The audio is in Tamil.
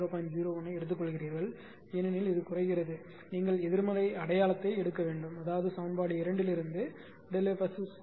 01 ஐ எடுத்துக்கொள்கிறீர்கள் ஏனெனில் குறைகிறது என்றால் நீங்கள் எதிர்மறை அடையாளத்தை எடுக்க வேண்டும் அதாவது சமன்பாடு 2 இலிருந்து FSS PLD1R 0